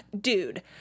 dude